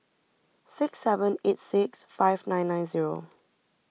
six seven eight six five nine nine zero